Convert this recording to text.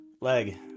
leg